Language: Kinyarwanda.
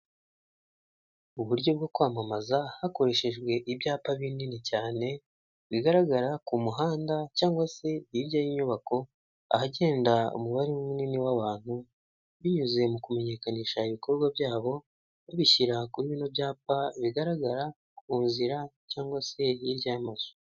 Uburyo bwo kwamamaza hakoreshejwe ibyapa binini cyane bigaragara ku muhanda cyangwa se hirya y'inyubako ahagenda umubare munini w'abantu binyuze mu kumenyekanisha ibikorwa byabo babishyira kuri binino byapa bigaragara ku nzira cyangwa se hirya y'amazu .